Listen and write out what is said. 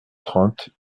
trente